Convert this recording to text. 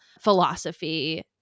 philosophy